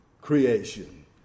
creation